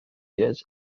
years